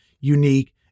unique